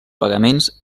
pagaments